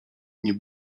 nie